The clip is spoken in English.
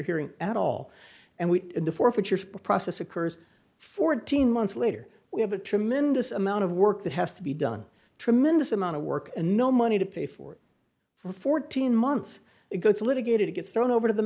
hearing at all and we the forfeiture process occurs fourteen months later we have a tremendous amount of work that has to be done tremendous amount of work and no money to pay for for fourteen months it gets litigated it gets thrown over to the